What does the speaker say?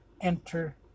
enter